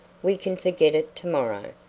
we can forget it to-morrow,